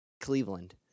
Cleveland